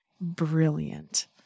brilliant